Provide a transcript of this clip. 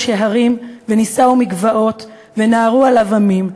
ההרים ונִשא הוא מגבעות ונהרו עליו עמים.